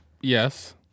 yes